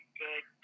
good